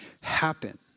happen